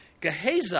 Gehazi